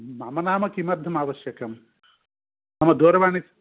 मम नाम किमर्थम् आवश्यकं मम दूरवाणी